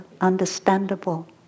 understandable